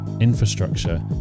infrastructure